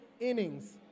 innings